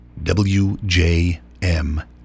WJM